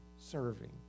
serving